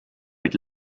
mit